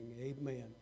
Amen